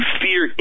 fear